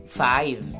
five